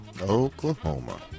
Oklahoma